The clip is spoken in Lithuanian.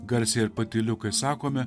garsiai ir patyliukais sakome